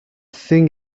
thing